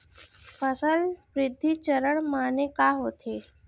फसल वृद्धि चरण माने का होथे?